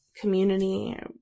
community